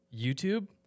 YouTube